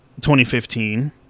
2015